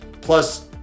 Plus